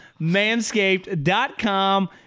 Manscaped.com